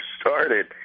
started